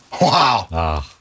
Wow